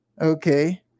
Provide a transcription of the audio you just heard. Okay